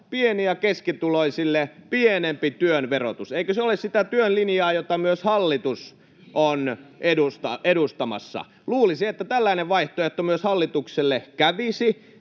pieni- ja keskituloisille pienempi työn verotus. Eikö se ole sitä työn linjaa, jota myös hallitus on edustamassa? [Timo Heinonen: Miljardeja lisää veroja!] Luulisi, että tällainen vaihtoehto myös hallitukselle kävisi,